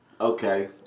Okay